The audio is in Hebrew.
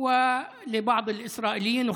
ולחלק מהישראלים,